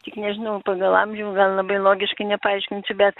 tik nežinau pagal amžių gal labai logiškai nepaaiškinsiu bet